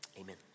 Amen